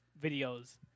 videos